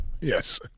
Yes